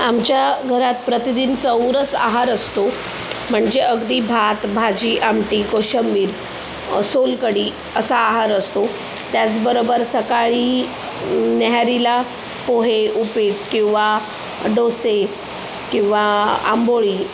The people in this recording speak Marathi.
आमच्या घरात प्रतिदिन चौरस आहार असतो म्हणजे अगदी भात भाजी आमटी कोशिंबीर सोलकढी असा आहार असतो त्याचबरोबर सकाळी न्याहरीला पोहे उपीट किंवा डोसे किंवा आंबोळी